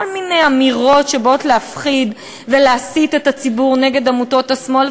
כל מיני אמירות שבאות להפחיד ולהסית את הציבור נגד עמותות השמאל,